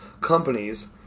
companies